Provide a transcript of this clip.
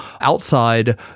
outside